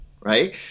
Right